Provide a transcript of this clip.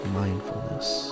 mindfulness